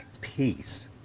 peace